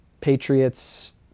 Patriots